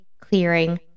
clearing